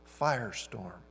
firestorm